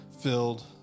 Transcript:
filled